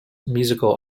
musical